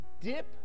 dip